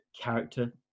character